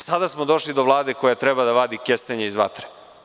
Sada smo došli do Vlade koja treba da vadi kestenje iz vatre.